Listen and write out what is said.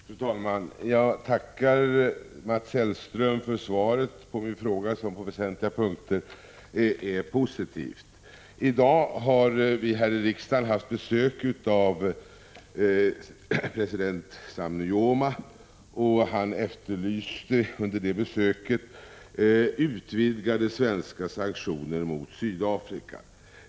Fru talman! Jag tackar utrikeshandelsminister Mats Hellström för svaret som på väsentliga punkter är positivt. I dag har vi här i riksdagen haft besök av president Sam Nujoma. Han efterlyste utvidgade svenska sanktioner mot Sydafrika.